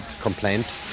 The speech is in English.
complaint